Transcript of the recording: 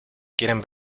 quieren